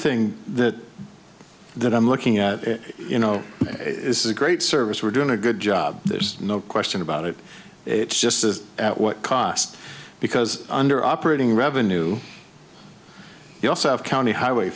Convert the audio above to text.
thing that that i'm looking at you know is a great service we're doing a good job there's no question about it it's just as at what cost because under operating revenue you also have county highway